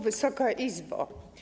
Wysoka Izbo!